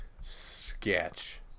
sketch